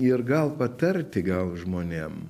ir gal patarti gal žmonėm